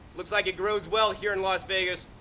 looks like it grows well here in las vegas.